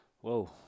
Whoa